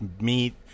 meat